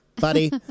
buddy